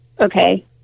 okay